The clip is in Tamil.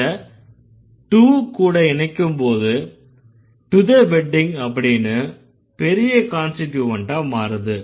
இத கூட இணைக்கும் போது to the wedding அப்படின்னு பெரிய கான்ஸ்டிட்யூவன்ட்டா மாறுது